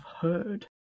heard